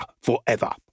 forever